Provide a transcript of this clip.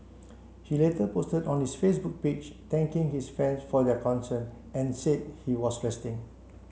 he later posted on his Facebook page thanking his fans for their concern and said he was resting